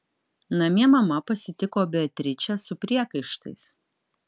namie mama pasitiko beatričę su priekaištais